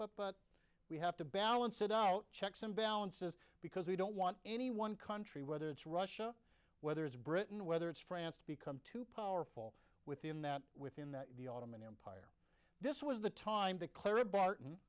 but but we have to balance it out checks and balances because we don't want any one country whether it's russia whether it's britain whether it's france to become too powerful within that within that the ottoman empire this was the time that clara barton